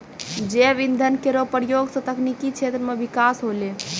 जैव इंधन केरो प्रयोग सँ तकनीकी क्षेत्र म बिकास होलै